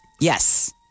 Yes